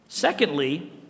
Secondly